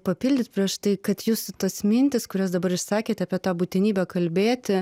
papildyt prieš tai kad jūsų tos mintys kurias dabar išsakėt apie tą būtinybę kalbėti